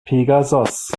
pegasos